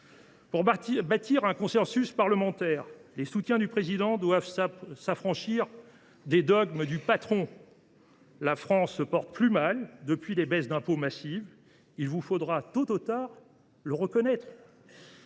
Pour bâtir un consensus parlementaire, les soutiens du Président doivent s’affranchir des dogmes du patron : la France se porte plus mal depuis les baisses d’impôts massives ; il vous faudra tôt ou tard le reconnaître,